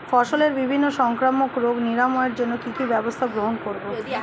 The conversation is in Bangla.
ফসলের বিভিন্ন সংক্রামক রোগ নিরাময়ের জন্য কি কি ব্যবস্থা গ্রহণ করব?